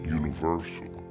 universal